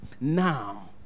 Now